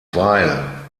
weil